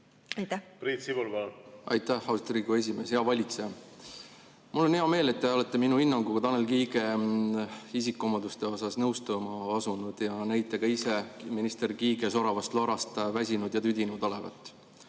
palun! Priit Sibul, palun! Aitäh, austatud Riigikogu esimees! Hea valitseja! Mul on hea meel, et te olete minu hinnanguga Tanel Kiige isikuomadustele nõustuma asunud ja näite ka ise minister Kiige soravast lorast väsinud ja tüdinud olevat.